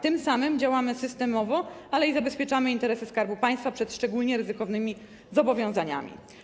Tym samym działamy systemowo, ale i zabezpieczamy interesy Skarbu Państwa przed szczególnie ryzykownymi zobowiązaniami.